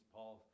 Paul